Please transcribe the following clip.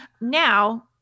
Now